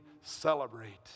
celebrate